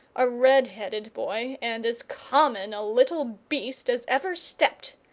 a red-headed boy and as common a little beast as ever stepped.